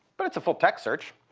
but it's a full-text search.